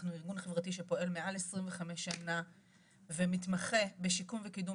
אנחנו ארגון חברתי שפועל מעל ל-25 שנה ומתמחה בשיקום וקידום